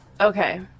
Okay